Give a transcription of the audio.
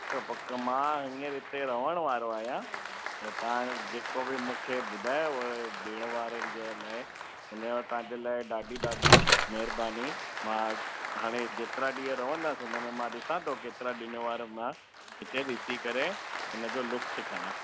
पक पक मां हीअंर हिते रहण वारो आहियां त तव्हां जेको बि मूंखे ॿुधायव ॾिण वारनि जे लाइ हुनजो तव्हांजे लाइ ॾाढी ॾाढी महिरबानी मां हाणे जेतिरा ॾींहुं रहंदसि हुनमें मां ॾिसां थो केतिरा ॾिण वार मां हिते ॾिसी करे हिनजो लुफ़्त खणा